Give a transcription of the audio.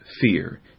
fear